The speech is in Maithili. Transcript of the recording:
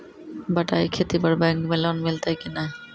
बटाई खेती पर बैंक मे लोन मिलतै कि नैय?